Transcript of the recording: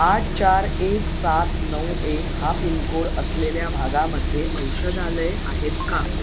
आठ चार एक सात नऊ एक हा पिनकोड असलेल्या भागामध्ये औषधालयं आहेत का